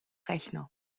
rechner